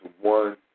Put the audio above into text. one